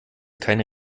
keine